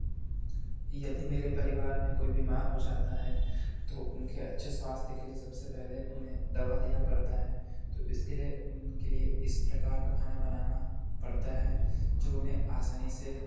यदि मेरे परिवार में कोई बीमार हो जाता है तो उनके अच्छे स्वास्थ के लिए उन्हें दवा देना पड़ता है तो इसके लिए उनके लिए इस प्रकार का खाना बनाना पड़ता है जो उन्हें आसानी से